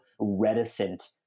reticent